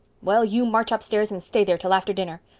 well, you march upstairs and stay there till after dinner.